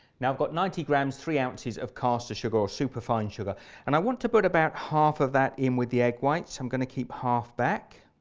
now i've got ninety grams three ounces of caster sugar or superfine sugar and i want to put about half of that in with the egg whites i'm going to keep half back